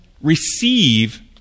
receive